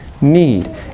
need